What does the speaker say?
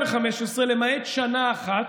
למעט שנה אחת,